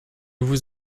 vous